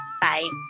Bye